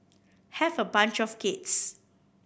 have a bunch of kids